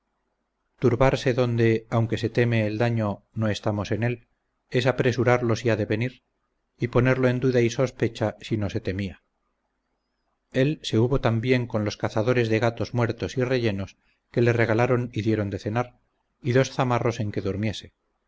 el ánimo arguye sencillez turbarse donde aunque se teme el daño no estamos en él es apresurarlo si ha de venir y ponerlo en duda y sospecha si no se temía él se hubo tan bien con los cazadores de gatos muertos y rellenos que le regalaron y dieron de cenar y dos zamarros en que durmiese